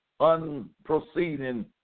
unproceeding